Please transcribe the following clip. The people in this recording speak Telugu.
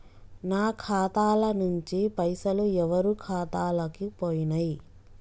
నా ఖాతా ల నుంచి పైసలు ఎవరు ఖాతాలకు పోయినయ్?